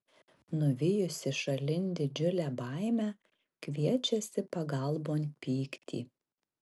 nuvijusi šalin didžiulę baimę kviečiasi pagalbon pyktį